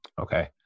Okay